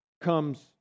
comes